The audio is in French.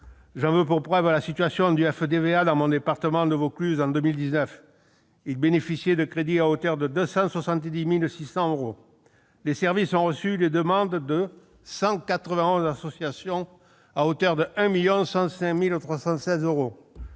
J'en veux pour preuve la situation du FDVA dans mon département, le Vaucluse, en 2019. Il bénéficiait de 270 600 euros de crédits. Les services ont reçu des demandes de 191 associations à hauteur de 1 105 316